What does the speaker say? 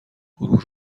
گروه